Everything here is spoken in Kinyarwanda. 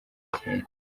kera